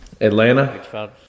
Atlanta